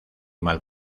mal